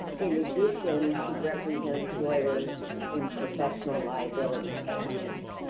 in addition, she represents lawyers in professional liability cases.